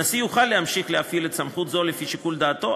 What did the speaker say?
הנשיא יוכל להמשיך להפעיל את סמכותו זו לפי שיקול דעתו,